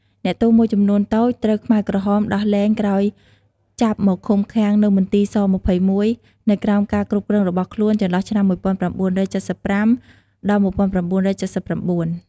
អ្នកទោសមួយចំនួនតូចត្រូវខ្មែរក្រហមដោះលែងក្រោយចាប់មកឃុំឃាំងនៅមន្ទីរស-២១ នៅក្រោមការគ្រប់គ្រងរបស់ខ្លួនចន្លោះឆ្នាំ១៩៧៥-១៩៧៩។